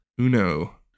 Uno